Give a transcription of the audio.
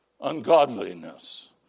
ungodliness